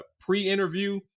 pre-interview